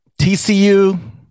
TCU